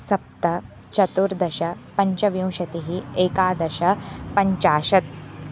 सप्त चतुर्दश पञ्चविंशतिः एकादश पञ्चाशत्